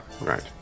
right